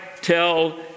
tell